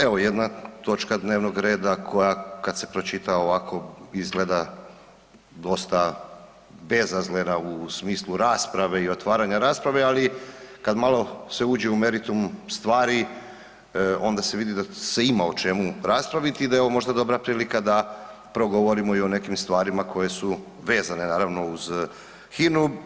Evo jedna točka dnevnog reda koja kada se pročita ovako izgleda dosta bezazlena u smislu rasprave i otvaranja rasprave, ali kada se malo uđe u meritum stvari onda se vidi da se ima o čemu raspraviti i da je ovo možda dobra prilika da progovorimo i o nekim stvarima koje su vezane naravno uz HINA-u.